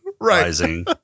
rising